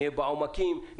בעומקים,